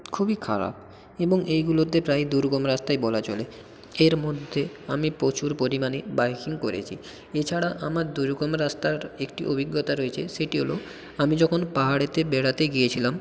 খুবই খারাপ এবং এইগুলোতে প্রায় দুর্গম রাস্তাই বলা চলে এর মধ্যে আমি প্রচুর পরিমাণে বাইকিং করেছি এছাড়া আমার দুর্গম রাস্তার একটি অভিজ্ঞতা রয়েছে সেটি হলো আমি যখন পাহাড়েতে বেড়াতে গিয়েছিলাম